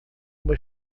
uma